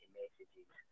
messages